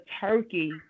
turkey